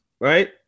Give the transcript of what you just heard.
right